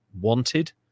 wanted